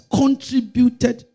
contributed